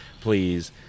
please